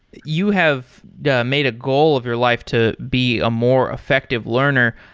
you have yeah made a goal of your life to be a more effective learner.